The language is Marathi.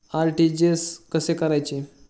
आर.टी.जी.एस कसे करायचे?